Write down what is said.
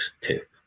tip